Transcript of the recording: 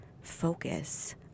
focus